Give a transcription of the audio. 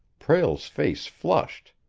prale's face flushed.